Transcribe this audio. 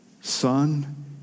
son